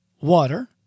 water